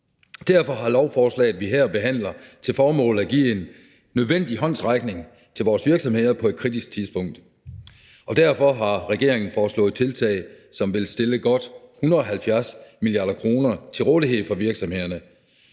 Derfor har lovforslaget, vi behandler her, til formål at give en nødvendig håndsrækning til vores virksomheder på et kritisk tidspunkt. Derfor har regeringen foreslået tiltag, som vil stille godt 170 mia. kr. til rådighed for virksomhederne,